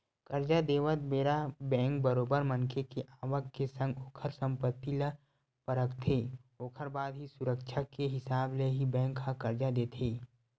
करजा देवत बेरा बेंक बरोबर मनखे के आवक के संग ओखर संपत्ति ल परखथे ओखर बाद ही सुरक्छा के हिसाब ले ही बेंक ह करजा देथे